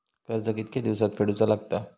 कर्ज कितके दिवसात फेडूचा लागता?